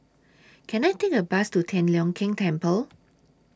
Can I Take A Bus to Tian Leong Keng Temple